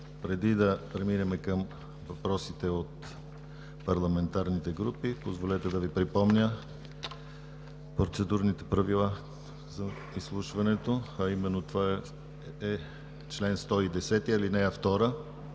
Преди да преминем към въпросите от парламентарните групи, позволете да Ви припомня процедурните правила за изслушването, а именно това е чл. 110, ал. 2